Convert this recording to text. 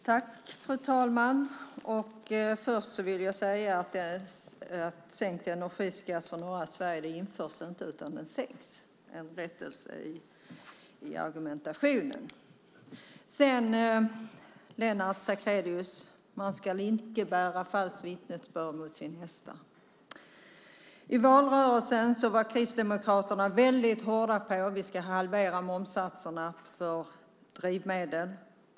Fru talman! Först vill jag påpeka att sänkt energiskatt för norra Sverige inte är något som införs, utan den sänks. Det är en rättelse i argumentationen. Lennart Sacrédeus, man ska icke bära falskt vittnesbörd mot sin nästa. I valrörelsen var Kristdemokraterna hårda på att man skulle halvera momssatserna för drivmedel.